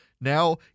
now